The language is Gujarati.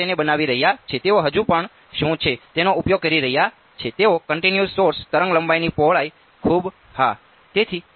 તેઓ તેને બનાવી રહ્યા છે તેઓ હજુ પણ શું છે તેનો ઉપયોગ કરી રહ્યા છે તેઓ કંટીન્યુજ સોર્સ તરંગલંબાઇની પહોળાઈ ખૂબ હાં